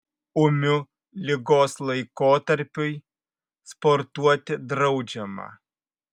ūmiu ligos laikotarpiui sportuoti draudžiama